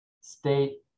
state